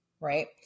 right